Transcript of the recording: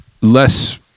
less